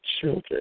children